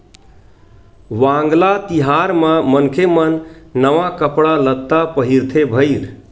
वांगला तिहार म मनखे मन नवा कपड़ा लत्ता पहिरथे भईर